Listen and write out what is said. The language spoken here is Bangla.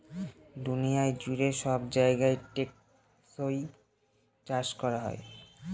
দুনিয়া জুড়ে সব জায়গায় টেকসই চাষ করা হোক